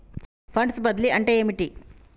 Funds బదిలీ అంటే ఏమిటి?